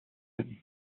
années